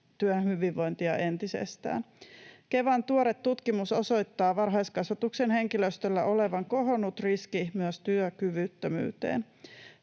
työhyvinvointia entisestään. Kevan tuore tutkimus osoittaa varhaiskasvatuksen henkilöstöllä olevan kohonnut riski myös työkyvyttömyyteen.